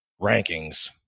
rankings